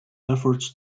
efforts